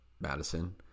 Madison